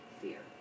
fear